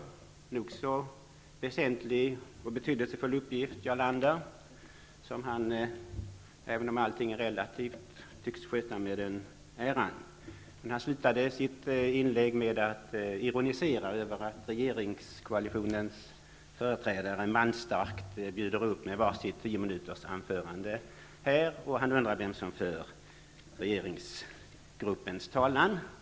Det är en nog så väsentlig och betydelsefull uppgift, som han -- även om allting är relativt -- tycks sköta med den äran. Men han avslutade sitt inlägg med att ironisera över att regeringskoalitionens företrädare manstarkt bjuder upp med var sitt anförande på tio minuter, och han undrade vem som för regeringsgruppens talan.